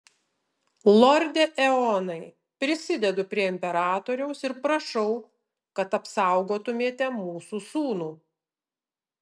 lorde eonai prisidedu prie imperatoriaus ir prašau kad apsaugotumėte mūsų sūnų